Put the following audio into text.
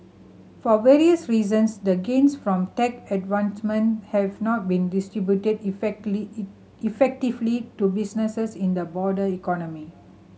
for various reasons the gains from tech advancement have not been distributed effectively to businesses in the broader economy